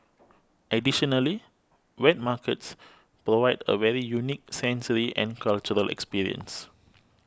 additionally wet markets provide a very unique sensory and cultural experience